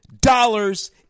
dollars